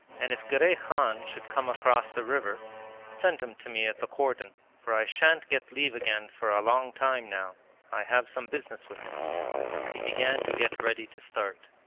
and if girey khan should come across the river send him to me at the cordon, for i shan't get leave again for a long time now i have some business with him he began to get ready to start.